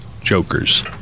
jokers